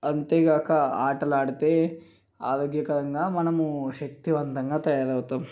అంతేగాక ఆటలు ఆడితే ఆరోగ్యకరంగా మనము శక్తివంతంగా తయారవుతాము